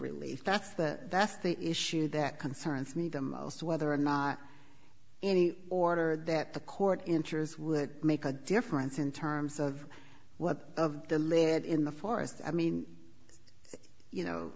relief that's the that's the issue that concerns me the most whether or not any order that the court enters would make a difference in terms of what the lead in the forest i mean you know